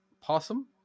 possum